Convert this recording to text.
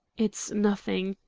it's nothing!